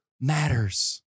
matters